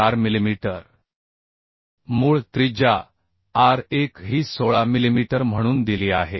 4 millimetre मूळ त्रिज्या r1 ही 16 मिलिमीटर म्हणून दिली आहे